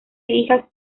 hijas